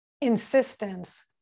insistence